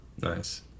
Nice